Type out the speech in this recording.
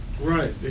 Right